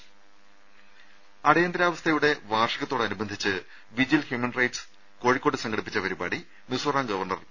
രേര അടിയന്തരാവസ്ഥയുടെ വാർഷികത്തോടനുബന്ധിച്ച് വിജിൽ ഹ്യൂമൻ റൈറ്റ്സ് സംഘടിപ്പിച്ച പരിപാടി മിസോറാം ഗവർണർ പി